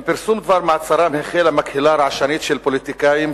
עם פרסום דבר מעצרם החלה מקהלה רעשנית של פוליטיקאים,